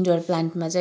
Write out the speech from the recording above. indoor प्लान्टमा चाहिँ